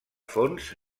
fons